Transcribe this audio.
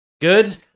Good